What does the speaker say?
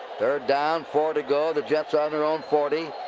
third down, four to go. the jets on their own forty.